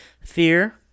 fear